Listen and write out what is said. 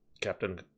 Captain